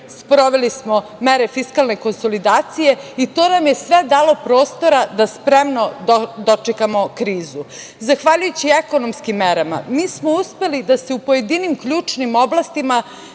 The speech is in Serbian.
sproveli smo mere fiskalne konsolidacije i to nam je sve dalo prostora da spremno dočekamo krizu. Zahvaljujući ekonomskim merama mi smo uspeli da se u pojedinim ključnim oblastima